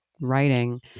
writing